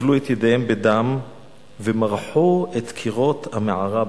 טבלו את ידיהם בדם ומרחו את קירות המערה בדם".